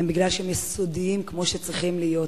זה מפני שהם יסודיים כפי שהם צריכים להיות.